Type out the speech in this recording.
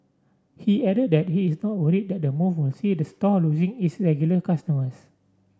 he added that he is not worried that the move will see the store losing its regular customers